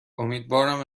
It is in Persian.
امیدوارم